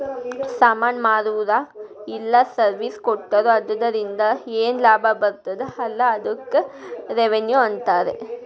ಸಾಮಾನ್ ಮಾರುರ ಇಲ್ಲ ಸರ್ವೀಸ್ ಕೊಟ್ಟೂರು ಅದುರಿಂದ ಏನ್ ಲಾಭ ಬರ್ತುದ ಅಲಾ ಅದ್ದುಕ್ ರೆವೆನ್ಯೂ ಅಂತಾರ